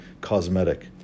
cosmetic